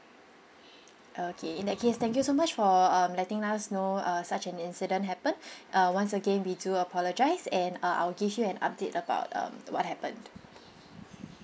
okay in that case thank you so much for uh letting us know uh such an incident happen uh once again we do apologise and uh I will give you an update about um what happened